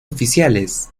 oficiales